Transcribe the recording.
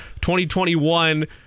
2021